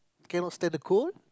cannot stand the cold